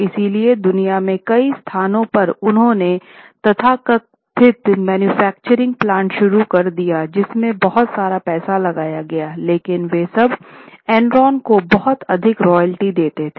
इसलिए दुनिया के कई स्थानों पर उन्होंने तथाकथित मैन्युफैक्चरिंग प्लांट शुरू कर दिए जिसमे बहुत सारा पैसा लगा था लेकिन वे सब एनरॉन को बहुत अधिक रॉयल्टी देते थे